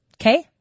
Okay